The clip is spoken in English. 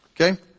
okay